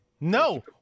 No